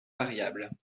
variable